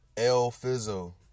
L-fizzle